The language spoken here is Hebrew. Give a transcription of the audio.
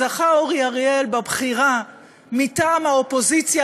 זכה אורי אריאל בבחירה מטעם האופוזיציה,